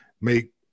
make